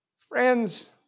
Friends